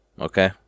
Okay